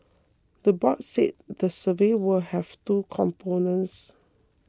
the board said the survey will have two components